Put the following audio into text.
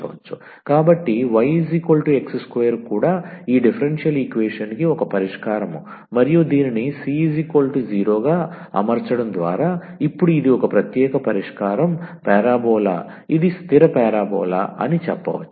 కాబట్టి 𝑦 𝑥2 కూడా ఈ డిఫరెన్షియల్ ఈక్వేషన్ కి ఒక పరిష్కారం మరియు దీనిని 𝑐 0 గా అమర్చడం ద్వారా ఇప్పుడు ఇది ఒక ప్రత్యేక పరిష్కారం పారాబొలా ఇది స్థిర పారాబొలా అని చెప్పవచ్చు